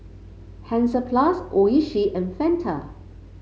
Hansaplast Oishi and Fanta